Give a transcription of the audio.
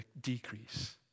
decrease